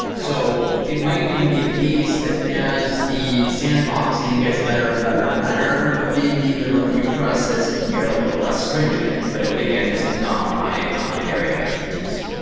so, it might even be the case that as the sandboxing gets better and better and better, maybe the review process can get a little less stringent. but but again, this is not my not my area of expertise.